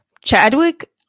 Chadwick